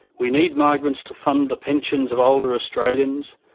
we need migrants to fund the pensions of older australians,